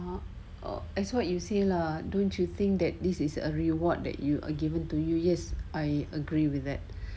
or as what you say lah don't you think that this is a reward that you are given to you yes I agree with that